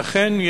ואכן,